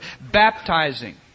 baptizing